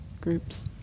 groups